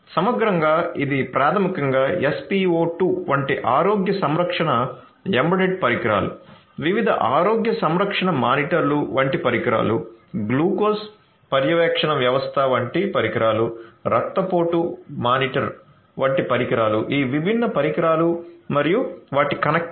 సమగ్రంగా ఇవి ప్రాథమికంగా SpO2 వంటి ఆరోగ్య సంరక్షణ ఎంబెడెడ్ పరికరాలు వివిధ ఆరోగ్య సంరక్షణ మానిటర్లు వంటి పరికరాలు గ్లూకోజ్ పర్యవేక్షణ వ్యవస్థ వంటి పరికరాలు రక్తపోటు మానిటర్ వంటి పరికరాలు ఈ విభిన్న పరికరాలు మరియు వాటి కనెక్టివిటీ